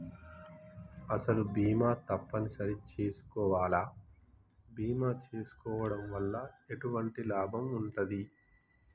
అసలు బీమా తప్పని సరి చేసుకోవాలా? బీమా చేసుకోవడం వల్ల ఎటువంటి లాభం ఉంటది?